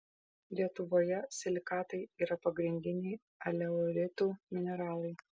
lietuvoje silikatai yra pagrindiniai aleuritų mineralai